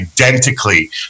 identically